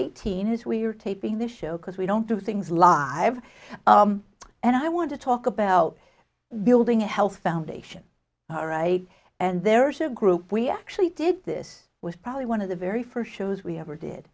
has we're taping this show because we don't do things live and i want to talk about building a health foundation all right and there's a group we actually did this was probably one of the very first shows we ever did